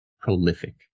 prolific